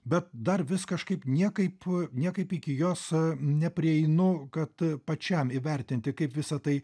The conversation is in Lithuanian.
bet dar vis kažkaip niekaip niekaip iki jos neprieinu kad pačiam įvertinti kaip visa tai